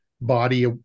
body